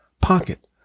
pocket